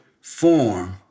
form